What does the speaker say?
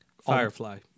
Firefly